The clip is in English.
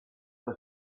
over